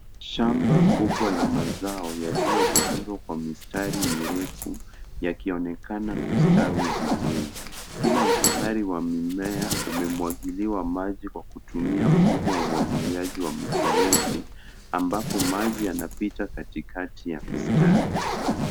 Shamba kubwa la mazao yaliyopandwa kwa mistari mirefu yakionekana kustawi vizuri. Kila mstari wa mimea umemwagiliwa maji kwa kutumia mfumo wa umwagiliaji wa mifereji ambapo maji yanapita katikati ya mistari.